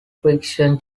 friction